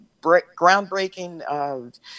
groundbreaking